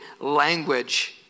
language